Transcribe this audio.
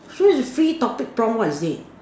so it's free topic prompt what is it